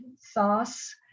sauce